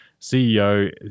CEO